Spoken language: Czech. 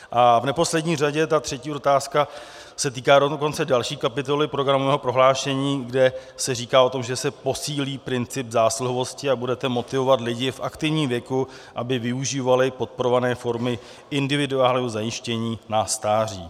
A v neposlední řadě, ta třetí otázka se týká dokonce další kapitoly programového prohlášení, kde se říká o tom, že se posílí princip zásluhovosti a budete motivovat lidi v aktivním věku, aby využívali podporované formy individuálního zajištění na stáří.